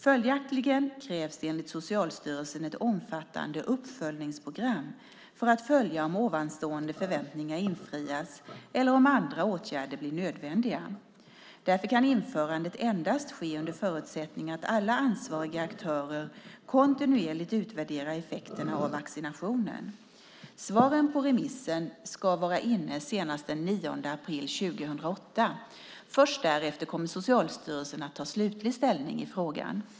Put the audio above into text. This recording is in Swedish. Följaktligen krävs det enligt Socialstyrelsen ett omfattande uppföljningsprogram för att följa om ovanstående förväntningar infrias eller om andra åtgärder blir nödvändiga. Därför kan införandet endast ske under förutsättning att alla ansvariga aktörer kontinuerligt utvärderar effekterna av vaccinationen. Svaren på remissen ska lämnas senast den 9 april 2008. Först därefter kommer Socialstyrelsen att ta slutlig ställning i frågan.